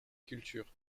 cultures